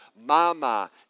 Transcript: mama